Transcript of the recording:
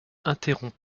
interrompt